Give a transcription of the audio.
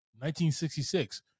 1966